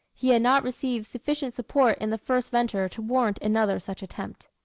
he had not received sufficient support in the first venture to warrant another such attempt.